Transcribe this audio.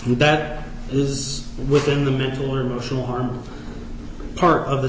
that is within the mental or emotional harm part of the